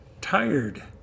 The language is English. tired